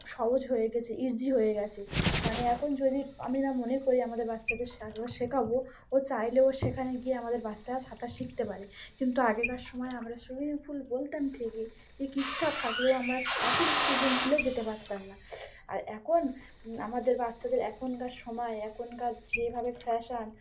খুব সহজ হয়ে গেছে ইজি হয়ে গেছে মানে এখন যদি আমি না মনে করি আমাদের বাচ্চাদের সা সাঁতার শেখাবো ও চাইলেও সেখানে গিয়ে আমাদের বাচ্চারা সাঁতার শিখতে পারে কিন্তু আগেকার সময়ে আমরা সুইমিং পুল বলতাম ঠিকই ইচ্ছা থাকলেও আমরা আসল সুইমিং পুলে যেতে পারতাম না আর এখন আমাদের বাচ্চাদের এখনকার সময় এখনকার যেভাবে ফ্যাশান